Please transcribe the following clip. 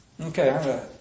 Okay